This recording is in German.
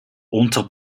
unter